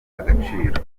agaciro